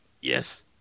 Yes